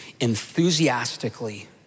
enthusiastically